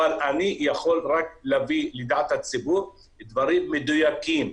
אבל אני יכול רק להביא לידיעת הציבור דברים מדויקים,